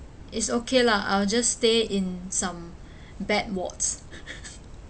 it's okay lah I'll just stay in some bad wards